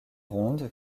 ronde